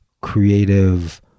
creative